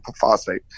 phosphate